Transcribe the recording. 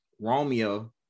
Romeo